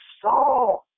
saw